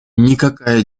никакая